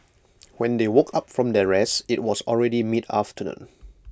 when they woke up from their rest IT was already mid afternoon